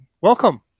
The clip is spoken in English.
welcome